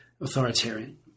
authoritarian